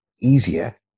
Easier